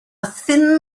thin